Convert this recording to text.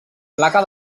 placa